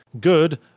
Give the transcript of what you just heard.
Good